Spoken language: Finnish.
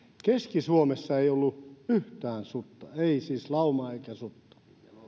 keski suomessa ei ollut yhtään sutta ei siis laumaa eikä sutta